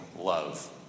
love